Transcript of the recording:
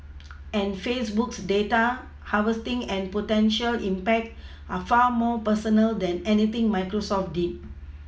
and Facebook's data harvesting and potential impact are far more personal than anything Microsoft did